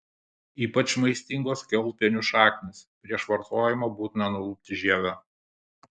ypač maistingos kiaulpienių šaknys prieš vartojimą būtina nulupti žievę